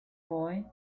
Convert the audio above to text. boy